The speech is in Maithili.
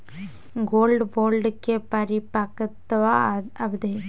गोल्ड बोंड के परिपक्वता अवधि?